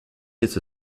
ist